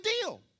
deal